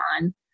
on